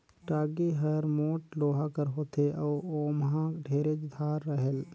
टागी हर मोट लोहा कर होथे अउ ओमहा ढेरेच धार रहेल